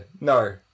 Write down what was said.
no